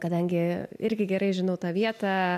kadangi irgi gerai žinau tą vietą